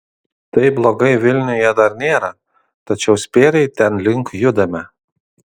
taip blogai vilniuje dar nėra tačiau spėriai tenlink judame